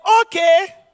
okay